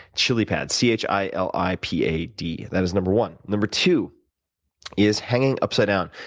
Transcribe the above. chilipad. c h i l i p a d. that is number one. number two is hanging upside down.